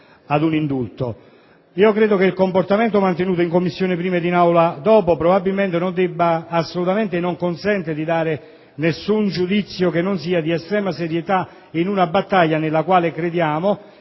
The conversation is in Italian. Credo che il comportamento mantenuto in Commissione prima e in Aula dopo non consenta assolutamente di dare un giudizio che non sia di estrema serietà per una battaglia nella quale crediamo